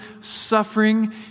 suffering